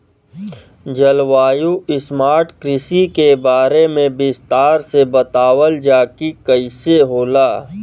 जलवायु स्मार्ट कृषि के बारे में विस्तार से बतावल जाकि कइसे होला?